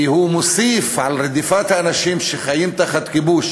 כי הוא מוסיף על רדיפת האנשים שחיים תחת כיבוש